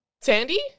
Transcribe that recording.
sandy